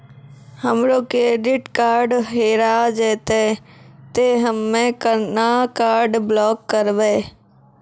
हमरो credit card हेरा जेतै ते हम्मय केना कार्ड ब्लॉक करबै?